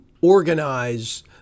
organize